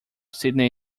sydney